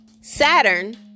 Saturn